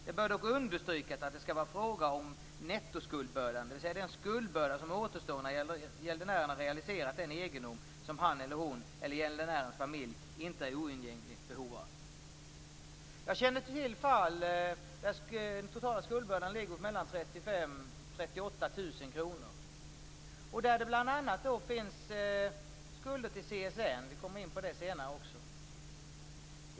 Det bör dock understrykas att det skall vara fråga om nettoskuldbördan, dvs. den skuldbörda som återstår när gäldenären har realiserat den egendom som han eller hon eller gäldenärens familj inte är i oundgängligt behov av." Jag känner till fall där den totala skuldbördan ligger mellan 35 000 och 38 000 kr och där det bl.a. finns skulder till CSN - jag återkommer till det senare.